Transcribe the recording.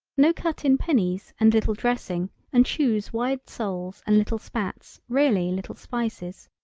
no cut in pennies and little dressing and choose wide soles and little spats really little spices.